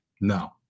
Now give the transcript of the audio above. No